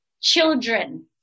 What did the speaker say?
children